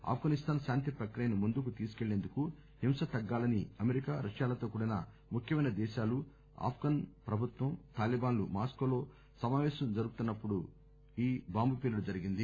ఆప్పనిస్థాన్ శాంతి ప్రక్రియను ముందుకు తీసుకుపెళ్ళేందుకు హింస తగ్గాలని అమెరికా రష్యాలతో కూడిన ముఖ్యమైన దేశాలు ఆప్ఘన్ ప్రభుత్వం తాలిబాన్లు మాన్కోలో సమాపేశం జరుపుతున్న రోజున ఈ బాంబు పేలుడు జరిగింది